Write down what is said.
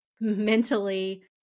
mentally